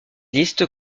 liste